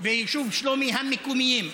ביישוב שלומי "המקומיים".